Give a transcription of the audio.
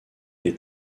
les